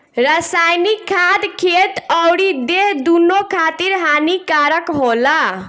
रासायनिक खाद खेत अउरी देह दूनो खातिर हानिकारक होला